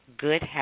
good